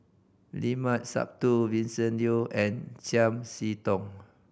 Limat Sabtu Vincent Leow and Chiam See Tong